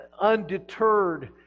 undeterred